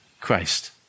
Christ